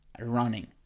running